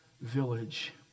village